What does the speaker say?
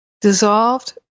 dissolved